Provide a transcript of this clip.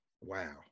Wow